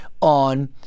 on